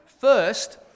First